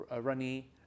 runny